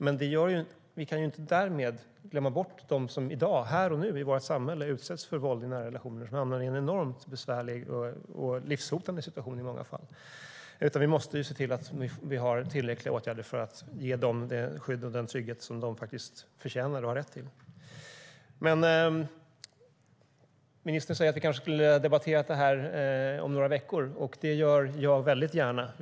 Men vi kan inte därmed glömma bort de som i dag, här och nu, utsätts för våld i vårt samhälle i nära relationer. De hamnar i en enormt besvärlig och livshotande situation i många fall. Vi måste se till att vi har tillräckliga åtgärder för att ge de kvinnorna det skydd och den trygghet som de förtjänar och har rätt till. Ministern säger att vi borde ha debatterat detta om några veckor. Det gör jag väldigt gärna.